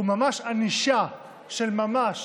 הוא ענישה של ממש